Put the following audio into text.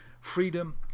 freedom